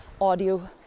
audio